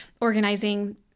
organizing